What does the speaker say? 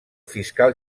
fiscal